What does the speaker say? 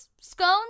Scones